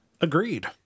agreed